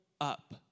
up